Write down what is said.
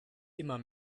immer